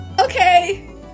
Okay